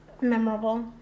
memorable